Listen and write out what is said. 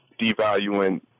devaluing